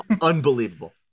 Unbelievable